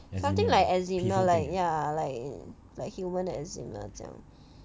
something like eczema like ya like like human eczema 这样